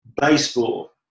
Baseball